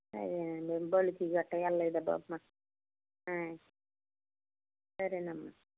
అదేనండి బడులకి గట్రా వెళ్ళలేదు అబ్బబ సరేనమ్మా